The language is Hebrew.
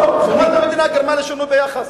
נכון, הקמת המדינה גרמה לשינוי ביחס.